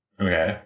Okay